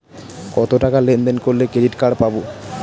কতটাকা লেনদেন করলে ক্রেডিট কার্ড পাব?